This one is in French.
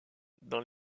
dans